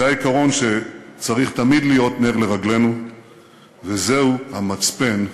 זהו העיקרון שצריך תמיד להיות נר לרגלינו וזהו המצפן למעשינו.